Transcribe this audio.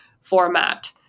format